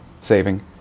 saving